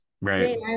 right